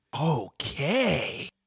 Okay